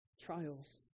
trials